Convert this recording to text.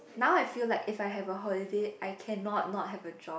now I feel like if I have a holiday I cannot not have a job